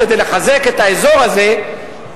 כדי לחזק את האזור הזה,